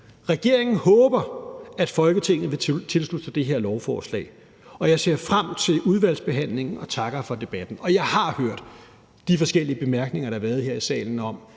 Regeringen håber, at Folketinget vil tilslutte sig det her lovforslag, og jeg ser frem til udvalgsbehandlingen og takker for debatten. Jeg har hørt de forskellige bemærkninger, der har været her i salen, om,